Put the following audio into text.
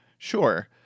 Sure